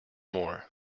more